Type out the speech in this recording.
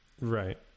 Right